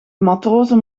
matrozen